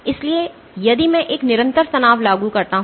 इसलिए यदि मैं एक निरंतर तनाव लागू करता हूं